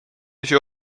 küsi